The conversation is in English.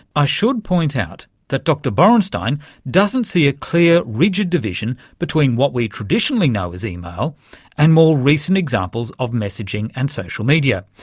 i should point out that dr borenstein doesn't see a clear, rigid division between what we traditionally know as email and more recent examples of messaging and social media,